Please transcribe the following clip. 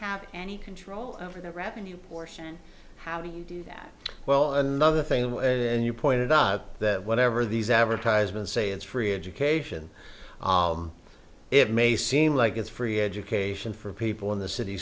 have any control over the revenue portion how do you do that well another thing with as you pointed out that whatever these advertisements say is free education it may seem like it's free education for people in the city